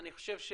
אני חושב,